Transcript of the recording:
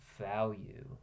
value